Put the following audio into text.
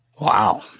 Wow